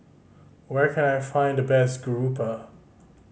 where can I find the best garoupa